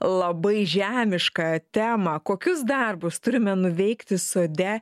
labai žemišką temą kokius darbus turime nuveikti sode